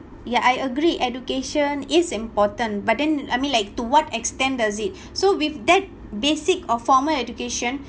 yeah I agree education is important but then I mean like to what extent does it so with that basic of formal education